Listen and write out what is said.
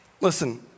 Listen